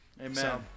Amen